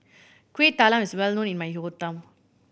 Kueh Talam is well known in my hometown